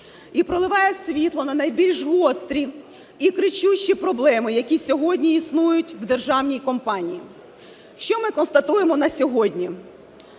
і проливає світ на найбільш гострі і кричущі проблеми, які сьогодні існують в державній компанії. Що ми констатуємо на сьогодні?